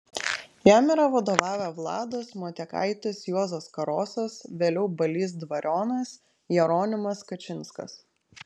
jam yra vadovavę vladas motiekaitis juozas karosas vėliau balys dvarionas jeronimas kačinskas